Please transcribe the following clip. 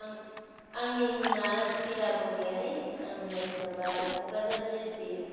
आं आंनि मुङा इरा बरग'यारि आङो जेन'बा ओरै क'कराझार डिसट्रिक